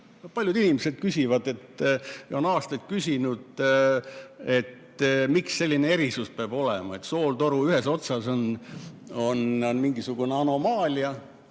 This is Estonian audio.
Paljud inimesed küsivad, on aastaid küsinud, et miks selline erisus peab olema, et sooltoru ühes otsas on mingisugune anomaalia.